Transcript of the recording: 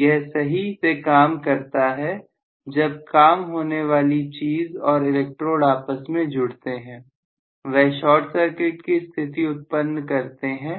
यह सही से काम करता है जब काम होने वाली चीज और इलेक्ट्रोड आपस में जुड़ते हैं वह शार्ट सर्किट की स्थिति उत्पन्न करते हैं